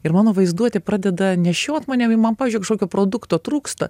ir mano vaizduotė pradeda nešiot mane man pavyzdžiui kažkokio produkto trūksta